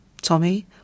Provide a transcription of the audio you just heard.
Tommy